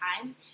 time